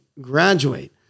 graduate